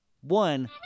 one